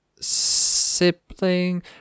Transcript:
sibling